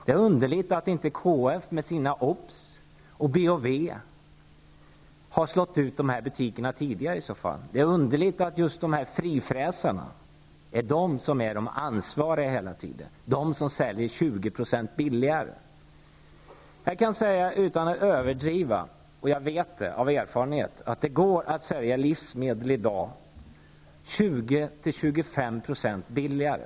Det är i så fall konstigt att inte KF stormarknaderna tidigare har slagit ut närbutikerna, och att just frifräsarna är de som hela tiden bär ansvaret, bara för att de säljer 20 % Med min erfarenhet kan jag utan att överdriva säga att det i dag går att sälja livsmedel 20--25 % billigare.